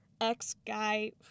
ex-guy